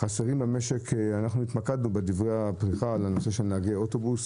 "התמקדנו בנהגי אוטובוס